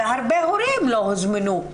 והרבה הורים לא הוזמנו.